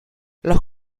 los